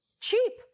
cheap